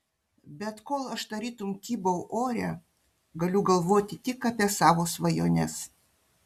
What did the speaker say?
bet kol aš tarytum kybau ore galiu galvoti tik apie savo svajones